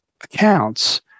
accounts